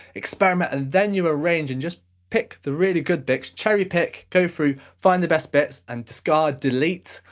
experiment, and then you arrange and just pick the really good bits, cherry pick, go through, find the best bits and discard, delete,